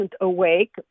awake